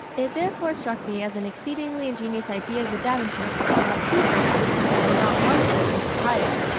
it therefore struck me as an exceedingly ingenious idea of the davenports, to have two persons, and not one person, to tie them.